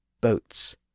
Boat's